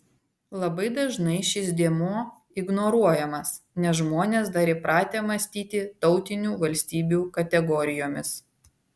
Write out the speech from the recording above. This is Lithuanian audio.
labai dažnai šis dėmuo ignoruojamas nes žmonės dar įpratę mąstyti tautinių valstybių kategorijomis